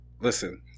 listen